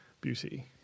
beauty